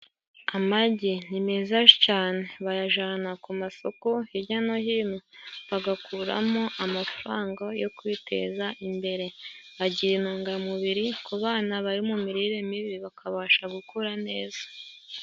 Amagi ni meza cane bayajana ku masoko hirya no hino bagakuramo amafaranga yo kwiteza imbere. Agira intungamubiri ku bana bari mu mirire mibi bakabashakura neza.